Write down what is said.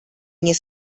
nie